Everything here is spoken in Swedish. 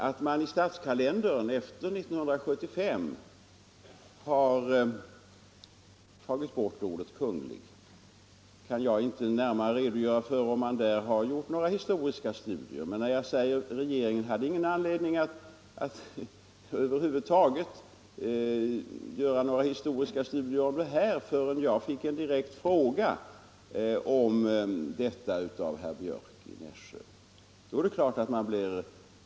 Jag kan inte närmare redogöra för om det har gjorts några historiska studier innan man i Statskalendern efter 1975 har tagit bort ordet Kungl. Regeringen för sin del hade ingen anledning att över huvud taget göra några historiska studier av detta förrän jag fick en direkt fråga av herr Björck i Nässjö.